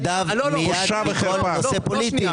הוא צריך להוציא את ידיו מיד מכל נושא פוליטי.